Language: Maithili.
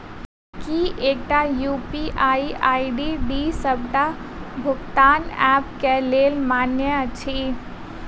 की एकटा यु.पी.आई आई.डी डी सबटा भुगतान ऐप केँ लेल मान्य अछि?